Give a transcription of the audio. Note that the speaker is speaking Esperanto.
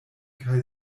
kaj